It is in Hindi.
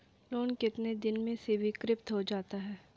लोंन कितने दिन में स्वीकृत हो जाता है?